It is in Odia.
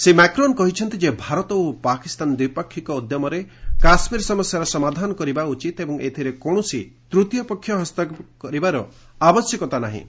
ଶ୍ରୀ ମାକ୍ରନ କହିଛନ୍ତି ଯେ ଭାରତ ଓ ପାକିସ୍ତାନ ଦ୍ୱିପାକ୍ଷିକ ଉଦ୍ୟମରେ କାଶ୍ୱୀର ସମସ୍ୟାର ସମାଧାନ କରିବା ଉଚିତ ଏବଂ ଏଥିରେ କୌଣସି ତୂତୀୟପକ୍ଷ ହସ୍ତକ୍ଷେପ କରିବାର ଆବଶ୍ୟକତା ନାହିଁ